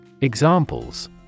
Examples